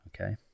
okay